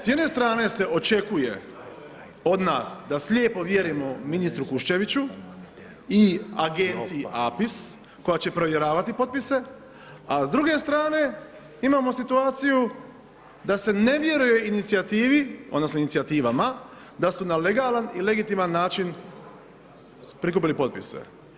S jedne strane se očekuje od nas da slijepo vjerujemo ministru Kuščeviću i agenciji APIS koja će provjeravati potpise, a s druge strane imamo situaciju da se ne vjeruje inicijativama da se na legalan i legitiman način prikupili potpise.